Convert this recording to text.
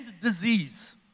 disease